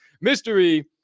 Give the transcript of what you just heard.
Mystery